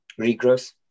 regrowth